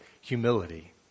humility